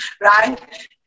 right